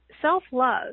self-love